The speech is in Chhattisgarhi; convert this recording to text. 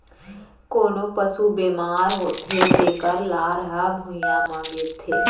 कोनों पसु बेमार होथे तेकर लार ह भुइयां म गिरथे